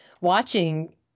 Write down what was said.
watching